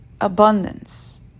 abundance